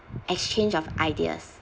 exchange of ideas